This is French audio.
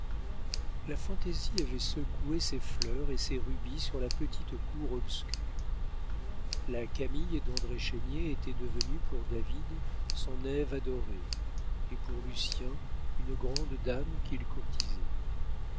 la fantaisie avait secoué ses fleurs et ses rubis sur la petite cour obscure la camille d'andré chénier était devenue pour david son ève adorée et pour lucien une grande dame qu'il courtisait